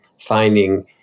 finding